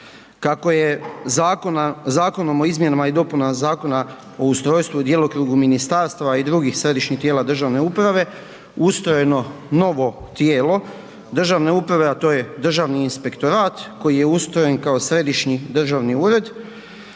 Kako je Zakonom o izmjenama i dopunama Zakona o ustrojstvu i djelokrugu ministarstava i drugih središnjih tijela državne uprave, ustrojeno novo tijelo državne uprave, a to je Državni inspektorat, koji je ustrojen kao središnji državni ured,